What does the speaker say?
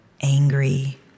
angry